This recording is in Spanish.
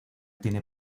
tiene